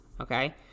okay